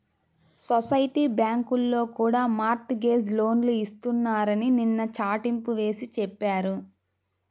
society బ్యాంకుల్లో కూడా mortgage లోన్లు ఇస్తున్నారని నిన్న చాటింపు వేసి చెప్పారు